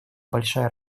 большая